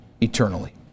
eternally